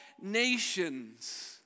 Nations